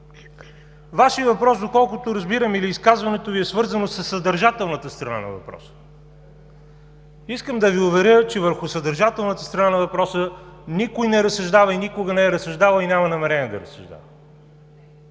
Ви, доколкото разбирам, е свързано със съдържателната страна на въпроса. Искам да Ви уверя, че върху съдържателната страна на въпроса никой не разсъждава, никога не е разсъждавал и няма намерение да разсъждава.